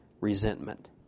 resentment